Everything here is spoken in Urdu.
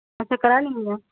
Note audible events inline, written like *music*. *unintelligible*